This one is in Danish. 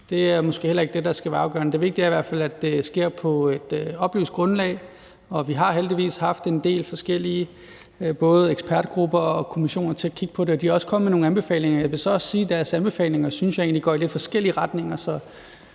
Det er måske heller ikke det, der skal være afgørende. Det vigtige er i hvert fald, at det sker på et oplyst grundlag, og vi har heldigvis haft en del forskellige både ekspertgrupper og kommissioner til at kigge på det, og de er også kommet med nogle anbefalinger. Jeg vil så også sige, at deres anbefalinger synes jeg egentlig